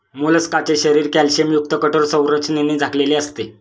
मोलस्काचे शरीर कॅल्शियमयुक्त कठोर संरचनेने झाकलेले असते